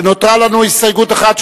ונותרה לנו הסתייגות אחת,